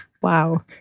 wow